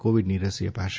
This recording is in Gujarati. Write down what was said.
કોવિડની રસી અપાશે